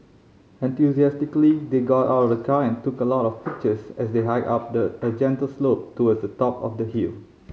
enthusiastically they got out of the car and took a lot of pictures as they hiked up the a gentle slope towards the top of the hill